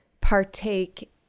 partake